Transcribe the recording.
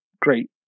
great